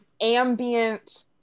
ambient